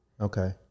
Okay